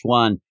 one